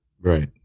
Right